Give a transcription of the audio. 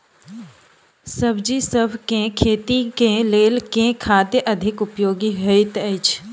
सब्जीसभ केँ खेती केँ लेल केँ खाद अधिक उपयोगी हएत अछि?